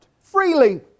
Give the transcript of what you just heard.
Freely